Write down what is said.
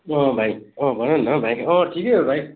अँ भाइ अँ भन न भाइ अँ ठिकै हो भाइ